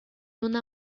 una